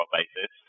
basis